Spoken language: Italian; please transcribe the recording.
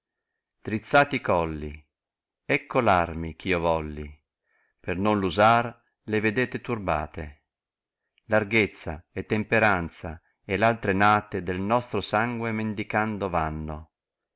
drixzate i colli ecco l arme ch'io volli per nod v usar le vedete torbate larghezza e tempecaosa e v altre nate del nostro sangue mendicando tanno